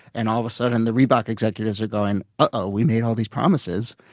and all of a sudden the reebok executives are going, ah oh, we made all these promises,